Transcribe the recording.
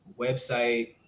website